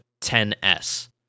10S